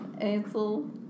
Ansel